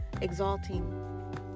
exalting